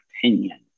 opinion